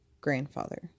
grandfather